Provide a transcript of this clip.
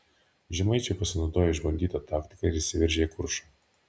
žemaičiai pasinaudojo išbandyta taktika ir įsiveržė į kuršą